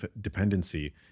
dependency